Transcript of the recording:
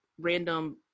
random